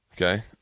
Okay